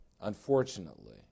Unfortunately